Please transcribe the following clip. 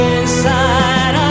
Inside